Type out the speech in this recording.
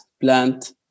plant